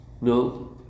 No